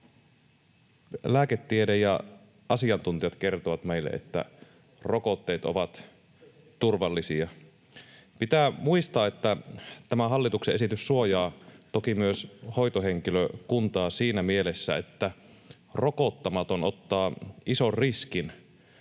Lääketiede ja asiantuntijat kertovat meille, että rokotteet ovat turvallisia. Pitää muistaa, että tämä hallituksen esitys suojaa toki myös hoitohenkilökuntaa siinä mielessä, että rokottamaton ottaa ison riskin,